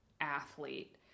athlete